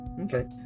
Okay